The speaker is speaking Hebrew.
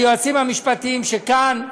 היועצים המשפטיים שכאן,